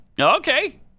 Okay